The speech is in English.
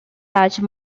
large